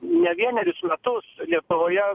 ne vienerius metus lietuvoje